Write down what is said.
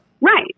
Right